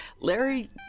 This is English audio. Larry